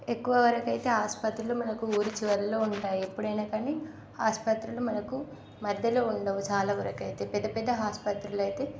ఎక్కువ వరకైతే ఆస్పత్రులు మనకు ఊరి చివరిలో ఉంటాయి ఎప్పుడైనా కానీ ఆసుపత్రులు మనకు మధ్యలో ఉండవు చాలవరకైతే పెద్ద పెద్ద ఆసుపత్రులు అయితే